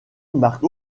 marque